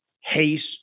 hate